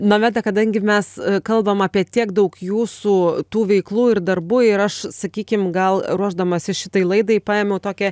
nomeda kadangi mes kalbam apie tiek daug jūsų tų veiklų ir darbų ir aš sakykim gal ruošdamasi šitai laidai paėmiau tokią